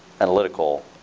analytical